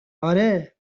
آره